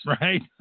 Right